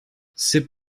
c’est